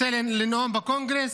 רוצה לנאום בקונגרס,